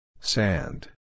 Sand